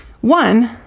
One